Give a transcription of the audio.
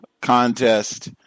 contest